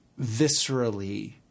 viscerally